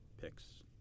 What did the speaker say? picks